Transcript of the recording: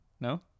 No